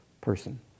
person